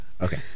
okay